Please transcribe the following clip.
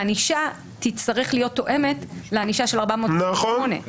הענישה תצטרך להיות תואמת לענישה של 428. נכון.